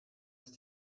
ist